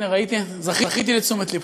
הנה, זכיתי לתשומת לבך.